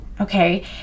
okay